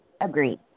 Agreed